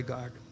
God